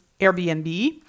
Airbnb